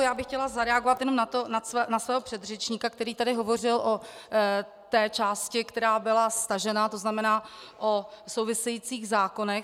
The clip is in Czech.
Já bych chtěla zareagovat jenom na svého předřečníka, který tady hovořil o té části, která byla stažena, to znamená o souvisejících zákonech.